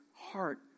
heart